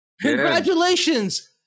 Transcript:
Congratulations